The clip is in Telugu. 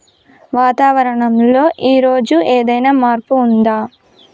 వాతావరణం లో ఈ రోజు ఏదైనా మార్పు ఉందా?